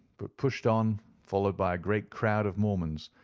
but pushed on, followed by a great crowd of mormons,